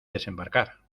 desembarcar